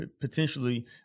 potentially